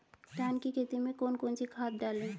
धान की खेती में कौन कौन सी खाद डालें?